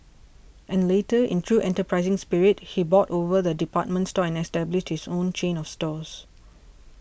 and later in true enterprising spirit he bought over the department store and established his own chain of stores